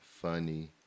funny